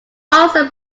also